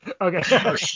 Okay